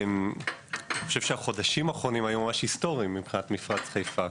אני חושב שהחודשים האחרונים היו ממש היסטוריים מבחינת מפרץ חיפה.